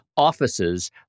offices